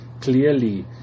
clearly